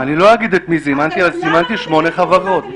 אני לא אגיד את מי זימנתי אבל זימנתי שמונה חברות.